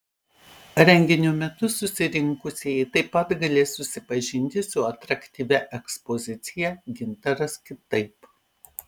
renginio metu susirinkusieji taip pat galės susipažinti su atraktyvia ekspozicija gintaras kitaip